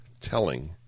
telling